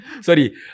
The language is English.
Sorry